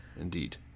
Indeed